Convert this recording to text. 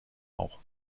auch